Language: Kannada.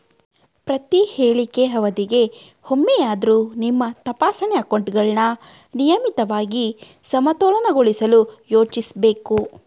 ಪ್ರತಿಹೇಳಿಕೆ ಅವಧಿಗೆ ಒಮ್ಮೆಯಾದ್ರೂ ನಿಮ್ಮ ತಪಾಸಣೆ ಅಕೌಂಟ್ಗಳನ್ನ ನಿಯಮಿತವಾಗಿ ಸಮತೋಲನಗೊಳಿಸಲು ಯೋಚಿಸ್ಬೇಕು